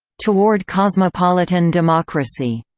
toward cosmopolitan democracy,